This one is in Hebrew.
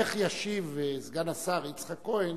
איך ישיב סגן השר יצחק כהן